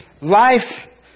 life